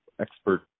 expert